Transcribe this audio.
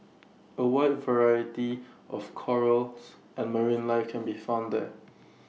A wide variety of corals and marine life can be found there